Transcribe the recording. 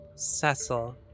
Cecil